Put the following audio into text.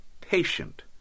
patient